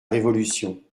révolution